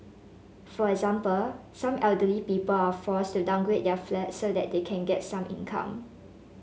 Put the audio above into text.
for example some elderly people are forced to downgrade their flats so that they can get some income